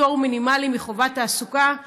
פטור מחובת תעסוקה.